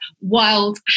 wild